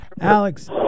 Alex